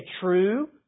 true